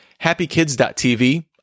HappyKids.tv